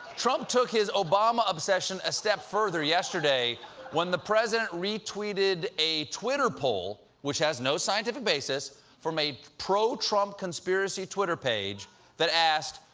trump took this obama obsession a step further yesterday when the president retweeted a twitter poll, which has no scientific basis, from a pro-trump conspiracy twitter page that asked,